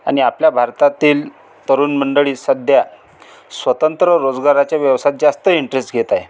आणि आपल्या भारतातील तरुण मंडळी सध्या स्वतंत्र रोजगाराच्या व्यवसायात जास्त इंटरेस्ट घेत आहे